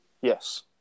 Yes